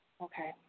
Okay